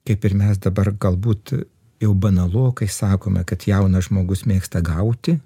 kaip ir mes dabar galbūt jau banalu kai sakome kad jaunas žmogus mėgsta gauti